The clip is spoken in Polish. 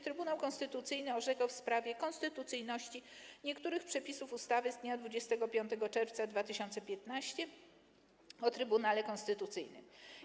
Trybunał Konstytucyjny orzekał w sprawie konstytucyjności niektórych przepisów ustawy z dnia 25 czerwca 2015 r. o Trybunale Konstytucyjnym.